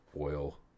oil